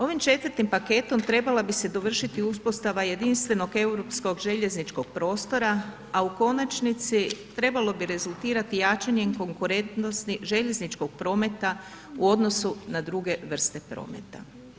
Ovim 4. paketom trebala bi se dovršiti uspostava jedinstvenog europskog željezničkog prostora, a u konačnici trebalo bi rezultirati jačanjem konkurentnosti željezničkog prometa u odnosu na druge vrste prometa.